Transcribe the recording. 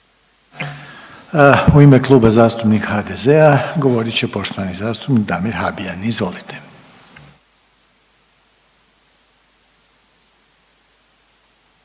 U ime Kluba zastupnika SDP-a govorit će poštovani zastupnik Arsen Bauk, izvolite.